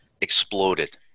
exploded